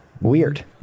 weird